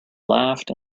laughed